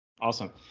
Awesome